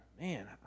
man